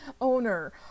owner